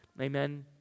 Amen